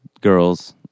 girls